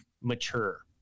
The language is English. mature